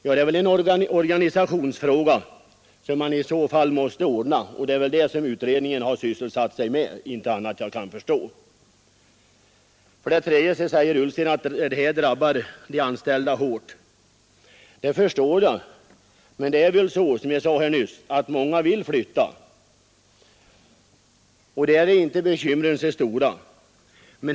Men det är väl en organisationsfråga som man i så fall måste ordna, och det är det som utredningen har sysselsatt sig med efter vad jag kan förstå För det tredje säger herr Ullsten att detta drabbat de anställda hårt. Det förstår jag, men som jag sade nyss är det många som vill flytta, och då är inte bekymren så stora.